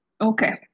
Okay